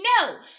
no